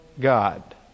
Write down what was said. God